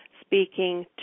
speaking